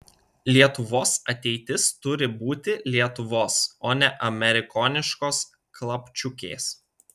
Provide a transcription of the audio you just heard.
lietuvos ateitis turi būti lietuvos o ne amerikoniškos klapčiukės